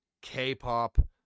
K-pop